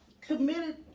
committed